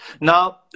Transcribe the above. now